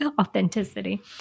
Authenticity